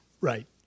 Right